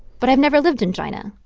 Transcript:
but i've never lived in china.